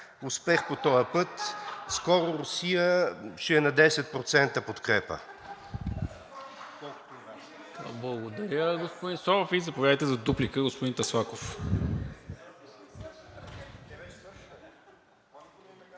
Успех по този път! Скоро Русия ще е на 10% подкрепа.